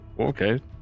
okay